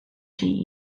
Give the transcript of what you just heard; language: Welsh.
chi